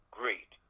great